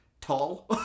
tall